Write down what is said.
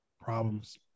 Problems